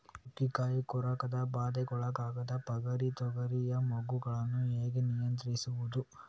ಚುಕ್ಕೆ ಕಾಯಿ ಕೊರಕದ ಬಾಧೆಗೊಳಗಾದ ಪಗರಿಯ ತೊಗರಿಯ ಮೊಗ್ಗುಗಳನ್ನು ಹೇಗೆ ನಿಯಂತ್ರಿಸುವುದು?